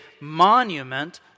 monument